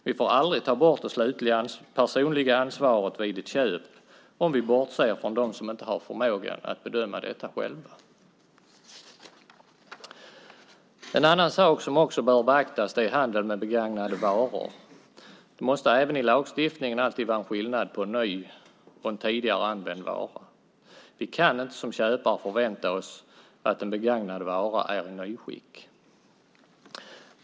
Vi får aldrig ta bort det slutliga personliga ansvaret vid ett köp om vi bortser från dem som inte har förmågan att bedöma detta själva. En annan sak som bör beaktas är handel med begagnade varor. Det måste även i lagstiftningen alltid vara skillnad på en ny och en tidigare använd vara. Vi kan inte som köpare förvänta oss att en begagnad vara är i nyskick.